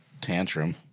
tantrum